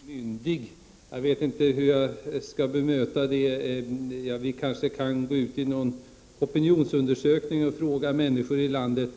Herr talman! Magnus Persson kallade mig pösmyndig. Jag vet inte hur jag skall bemöta den beskyllningen. Vi skall kanske göra en opinionsundersökning och fråga människor i landet